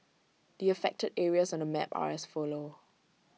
the affected areas on the map are as follow